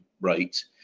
rate